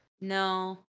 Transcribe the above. no